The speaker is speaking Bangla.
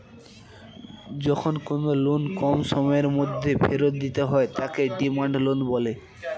যখন কোনো লোন কম সময়ের মধ্যে ফেরত দিতে হয় তাকে ডিমান্ড লোন বলে